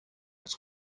its